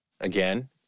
again